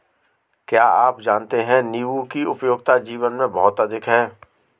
क्या आप जानते है नीबू की उपयोगिता जीवन में बहुत अधिक है